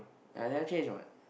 I never change what